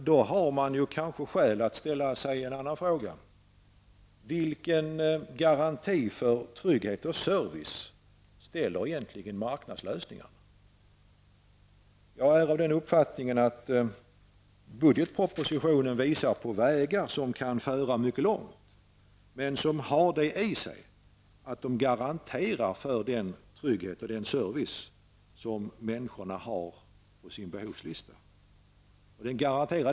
Då har man kanske skäl att ställa sig en annan fråga: Vilken garanti för trygghet och service ger egentligen marknadslösningarna? Jag är av den uppfattningen att budgetpropositionen visar på vägar som kan föra mycket långt och som garanterar den trygghet och service som människor har behov av.